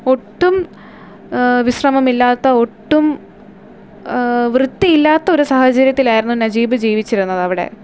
ഒട്ടും വിശ്രമമില്ലാത്ത ഒട്ടും വൃത്തി ഇല്ലാത്ത ഒരു സാഹചര്യത്തിലായിരുന്നു നജീബ് ജീവിച്ചിരുന്നത് അവിടെ